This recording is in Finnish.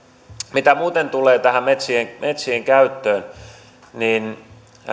mitä muuten tulee tähän metsien metsien käyttöön niin